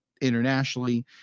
internationally